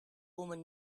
woman